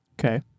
Okay